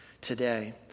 today